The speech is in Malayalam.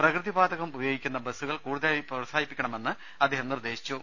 പ്രകൃതി വാതകം ഉപയോഗിക്കുന്ന ബസുകൾ കൂടുതലായി പ്രോത്സാഹിപ്പിക്കണമെന്നും അദ്ദേഹം നിർദേശിച്ചു